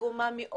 עגומה מאוד.